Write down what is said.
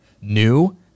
New